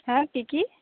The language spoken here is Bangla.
হ্যাঁ কী কী